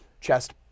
chest